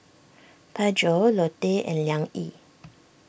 Pedro Lotte and Liang Yi